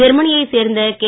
ஜெர்மனியைச் சேர்ந்த கே